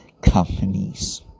companies